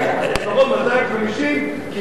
לפחות 250,000,